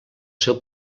seu